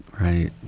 Right